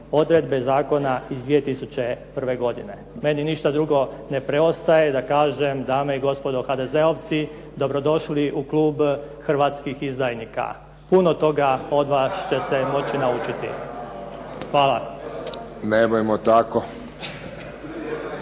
odredbe zakona iz 2001. godine. Meni ništa drugo ne preostaje da kažem dame i gospodo HDZ-ovci dobro došli u klub hrvatskih izdajnika. Puno toga od vas će se moći naučiti. Hvala. **Friščić,